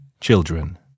children